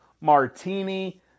martini